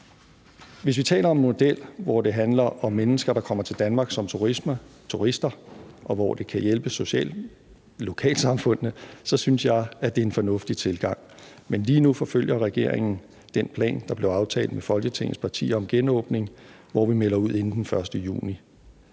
Hvis vi taler om en model, hvor det handler om mennesker, der kommer til Danmark som turister, og hvor det kan hjælpe lokalsamfundene, så synes jeg, at det er en fornuftig tilgang. Men lige nu forfølger regeringen den plan, der blev aftalt med Folketingets partier om en genåbning, hvor vi melder ud inden den 1. juni.